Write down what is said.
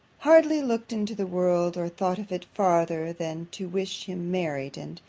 hardly looked into the world, or thought of it farther than to wish him married, and,